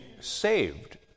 saved